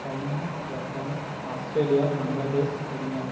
China Japan Australia Bangladesh Kenya